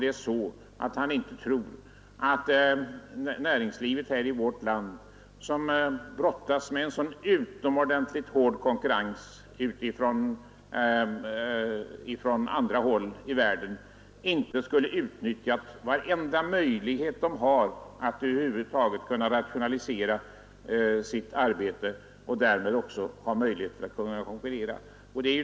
Tror inte herr Brandt att näringslivet i vårt land, som brottas med en så utomordentligt hård konkurrens från andra håll i världen, inte skulle utnyttja varje möjlighet att rationalisera sitt arbete för att bättre kunna konkurrera?